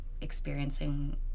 experiencing